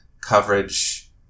coverage